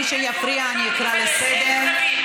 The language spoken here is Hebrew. מאיפה אפשר לצלם?